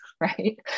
right